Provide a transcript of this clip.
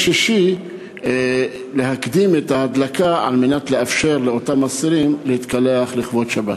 שישי את ההפעלה על מנת לאפשר לאותם אסירים להתקלח לכבוד שבת.